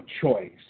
choice